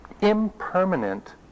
impermanent